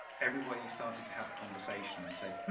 everybody started to have a conversation and say,